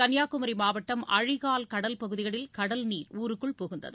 கள்ளியாகுமரி மாவட்டம் அழிகால் கடல் பகுதிகளில் கடல் நீர் ஊருக்குள் புகுந்தது